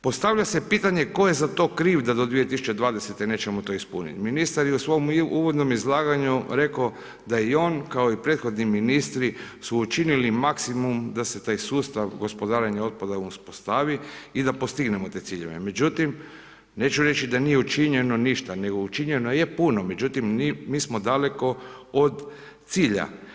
Postavlja se pitanje tko je za to kriv da do 2020. nećemo to ispuniti, ministar je u svom uvodnom izlaganju rekao da je i on kao i prethodni ministri su učinili maksimum da se taj sustav gospodarenja otpada uspostavi i da postignemo te ciljeve međutim, neću reći da nije učinjeno ništa nego učinjeno je puno međutim, mi smo daleko od cilja.